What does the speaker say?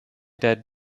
dead